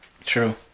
True